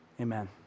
Amen